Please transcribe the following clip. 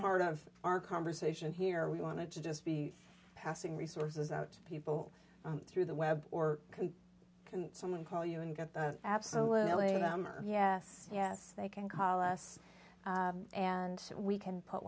part of our conversation here we want to just be passing resources out people through the web or can someone call you and get that absolutely yes yes they can call us and we can put